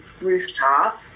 rooftop